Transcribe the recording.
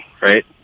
right